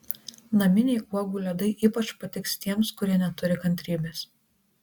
naminiai uogų ledai ypač patiks tiems kurie neturi kantrybės